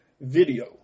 video